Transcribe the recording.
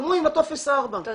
כמו עם טופס 4. תודה.